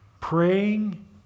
praying